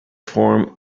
form